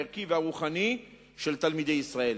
הערכי והרוחני של תלמידי ישראל,